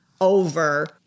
over